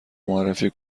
معرفی